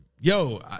Yo